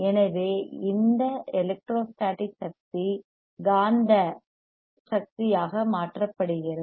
எனவே இந்த எலெக்ட்ரோஸ்டாடிக் சக்தி காந்த மக்நெடிக் சக்தி ஆக மாற்றப்படுகிறது